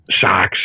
socks